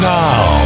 now